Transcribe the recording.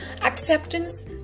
Acceptance